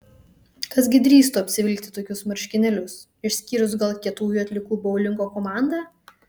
kas gi drįstų apsivilkti tokius marškinėlius išskyrus gal kietųjų atliekų boulingo komandą